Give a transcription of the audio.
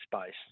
space